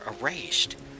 erased